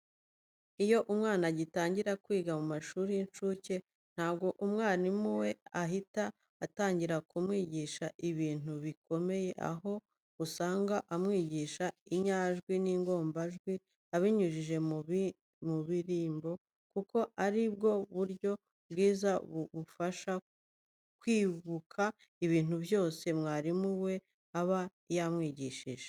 Iyo umwana agitangira kwiga mu mashuri y'incuke, ntabwo umwarimu we ahita atangira kumwigisha ibintu bikomeye, aho usanga amwigisha inyajwi n'ingombajwi abinyujije mu ndirimbo, kuko ari bwo buryo bwiza bumufasha kwibuka ibintu byose mwarimu we aba yamwigishije.